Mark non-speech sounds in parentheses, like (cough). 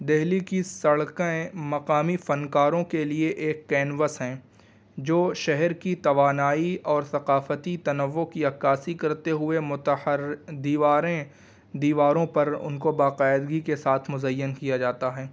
دلی کی سڑکیں مقامی فنکاروں کے لیے ایک کینوس ہیں جو شہر کی توانائی اور ثقافتی تنوع کی عکاسی کرتے ہوئے (unintelligible) دیواریں دیواروں پر ان کو باقاعدگی کے ساتھ مزین کیا جاتا ہے